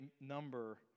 number